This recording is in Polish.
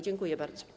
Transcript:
Dziękuję bardzo.